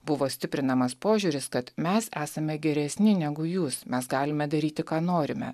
buvo stiprinamas požiūris kad mes esame geresni negu jūs mes galime daryti ką norime